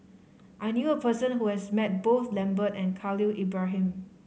I knew a person who has met both Lambert and Khalil Ibrahim